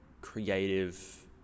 creative